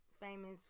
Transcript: famous